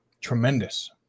tremendous